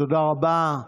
תודה רבה.